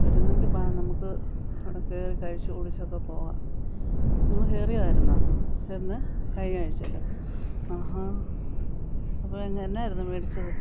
വരുന്നെങ്കിൽ ബാ നമുക്ക് അവിടെ കയറി കഴിച്ച് കുടിച്ചക്കെ പോവാം നീ കയറിയതായിരുന്നോ എന്ന് കഴിഞ്ഞ ആഴ്ച്ചേലൊ ആ ഹാ അപ്പം എങ്ങനെ എന്നായിരുന്നു മേടിച്ചത്